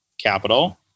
capital